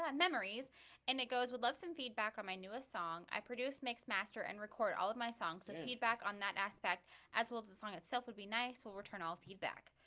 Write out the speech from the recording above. um memories and it goes would love some feedback on my newest song i produced mix master and record all of my songs have and feedback on that aspect as well as the song itself would be nice we'll return all feedback.